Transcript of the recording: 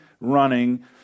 running